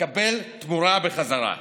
מקבל תמורה בחזרה.